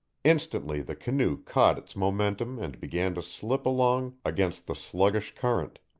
instantly the canoe caught its momentum and began to slip along against the sluggish current.